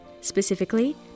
Specifically